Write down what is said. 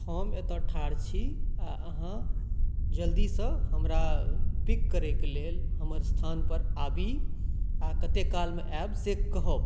हम एतऽ ठाढ़ छी आओर अहाँ जल्दीसँ हमरा पिक करैके लेल हमर स्थानपर आबि आओर कते कालमे आयब से कहब